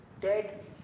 dead